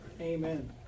Amen